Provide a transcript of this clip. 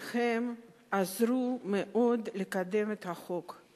שעזרו מאוד לקדם את החוק.